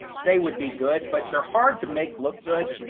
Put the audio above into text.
they would be good, but they're hard to make look good.